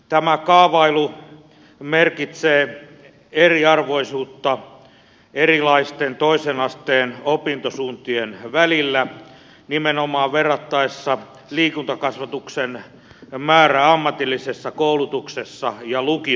tämä kaavailu merkitsee eriarvoisuutta erilaisten toisen asteen opintosuuntien välillä nimenomaan verrattaessa liikuntakasvatuksen määrää ammatillisessa koulutuksessa ja lukiossa